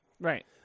Right